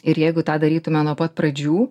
ir jeigu tą darytume nuo pat pradžių